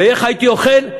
ואיך הייתי אוכל,